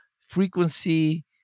frequency